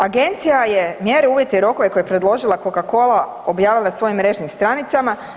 Agencija je mjere, uvjete i rokove koje je predložila Coca-Cola objavila na svojim mrežnim stranicama.